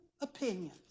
opinions